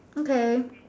okay